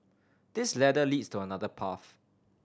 this ladder leads to another path